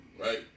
right